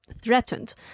threatened